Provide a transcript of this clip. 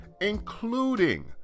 including